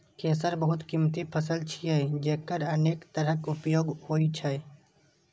केसर बहुत कीमती फसल छियै, जेकर अनेक तरहक उपयोग होइ छै